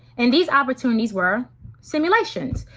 and these opportunities were simulations.